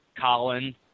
Colin